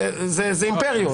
זה אימפריות.